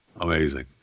amazing